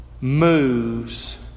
moves